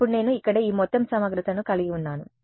అప్పుడు నేను ఇక్కడ ఈ మొత్తం సమగ్రతను కలిగి ఉన్నాను